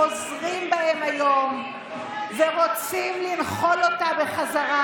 חוזרים בהם היום ורוצים לנחול אותה בחזרה,